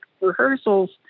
rehearsals